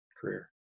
career